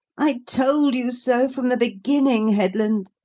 i told you so from the beginning, headland,